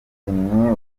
w’umunyabrazil